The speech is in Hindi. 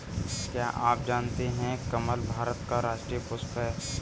क्या आप जानते है कमल भारत का राष्ट्रीय पुष्प है?